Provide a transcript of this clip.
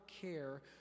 care